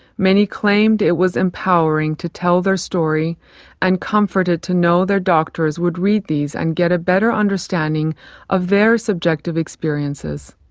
many claimed it was empowering to tell their story and comforted to know their doctors would read these and get a better understanding of their subjective experiences.